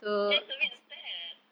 that's a bit sad